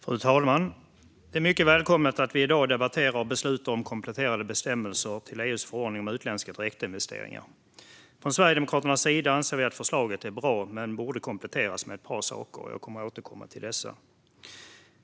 Fru talman! Det är mycket välkommet att vi i dag debatterar och beslutar om kompletterande bestämmelser till EU:s förordning om utländska direktinvesteringar. Från Sverigedemokraternas sida anser vi att förslaget är bra men borde kompletteras med ett par saker. Jag kommer att återkomma till dessa.